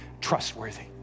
trustworthy